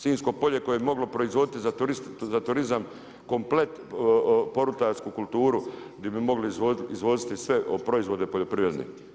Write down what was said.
Sinjsko polje koje je moglo proizvoditi za turizam komplet povrtlarsku kulturu, gdje bi mogli izvoziti sve proizvode poljoprivredne.